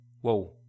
whoa